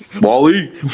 Wally